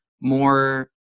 more